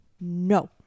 No